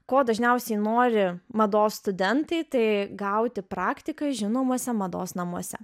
ko dažniausiai nori mados studentai tai gauti praktiką žinomuose mados namuose